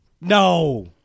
no